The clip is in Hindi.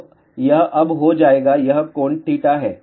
तो यह अब हो जाएगा यह कोण θ है